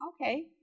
Okay